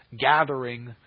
gathering